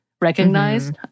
recognized